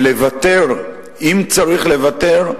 ולוותר, אם צריך לוותר,